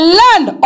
land